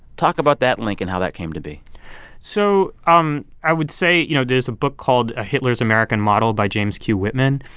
talk about that link and how that came to be so um i would say, you know, there's a book called ah hitler's american model by james q. whitman.